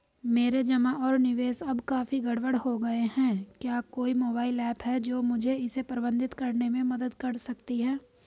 मेरे जमा और निवेश अब काफी गड़बड़ हो गए हैं क्या कोई मोबाइल ऐप है जो मुझे इसे प्रबंधित करने में मदद कर सकती है?